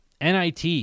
NIT